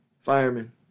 firemen